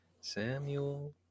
Samuel